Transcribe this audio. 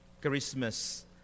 Christmas